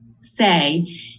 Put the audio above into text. say